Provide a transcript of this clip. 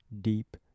deep